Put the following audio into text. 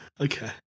Okay